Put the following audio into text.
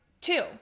two